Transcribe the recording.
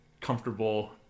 comfortable